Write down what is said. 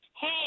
Hey